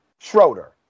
Schroeder